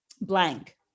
blank